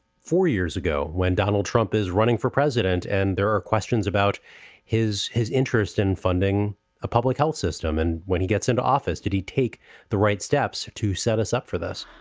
four years ago, when donald trump is running for president and there are questions about his his interest in funding a public health system, and when he gets into office, did he take the right steps to set us up for this?